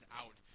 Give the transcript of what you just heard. out